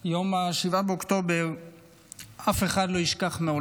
את יום 7 באוקטובר אף אחד לא ישכח לעולם,